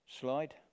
slide